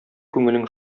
күңелең